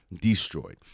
destroyed